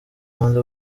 banze